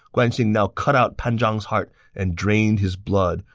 guan xing now cut out pan zhang's heart and drained his blood,